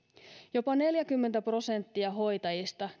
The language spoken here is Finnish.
jopa neljäkymmentä prosenttia hoitajista